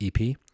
EP